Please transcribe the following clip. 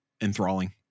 enthralling